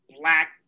black